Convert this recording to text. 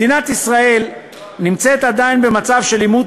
מדינת ישראל נמצאת עדיין במצב של עימות